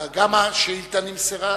וגם השאילתא נמסרה.